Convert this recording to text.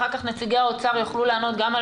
אחר כך נציגי האוצר יוכלו לענות גם על